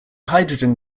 hydrogen